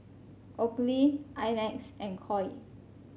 Oakley I Max and Koi